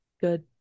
good